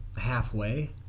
halfway